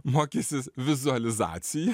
mokysis vizualizaciją